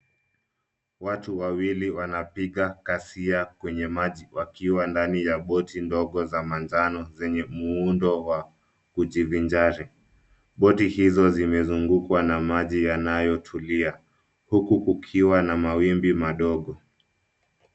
Watu wawili wanapiga kasia kwenye maji wakiwa ndani ya boti ndogo za manjano zenye muundo wa kujivinjari. Boti hizo zimezungukwa na maji yanayotulia huku kukiwa na mawimbi madogo.